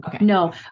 No